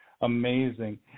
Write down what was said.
Amazing